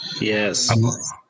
yes